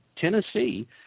Tennessee –